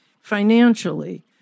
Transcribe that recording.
financially